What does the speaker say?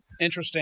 interesting